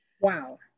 Wow